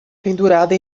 pendurada